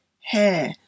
hair